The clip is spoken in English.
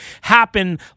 happen